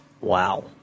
Wow